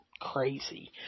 crazy